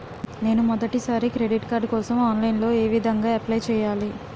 నేను మొదటిసారి credit card కోసం ఆన్లైన్ లో ఏ విధంగా అప్లై చేయాలి?